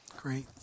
Great